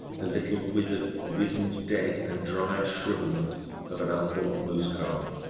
the little withered, wiz ened, dead, and dried shrivelment of an unborn moose calf.